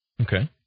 Okay